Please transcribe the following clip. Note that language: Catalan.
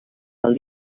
del